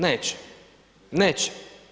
Neće, neće.